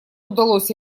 удалось